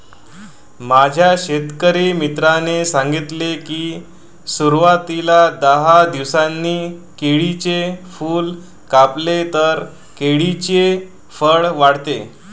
माझ्या शेतकरी मित्राने सांगितले की, सुरवातीला दहा दिवसांनी केळीचे फूल कापले तर केळीचे फळ वाढते